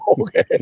okay